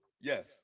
Yes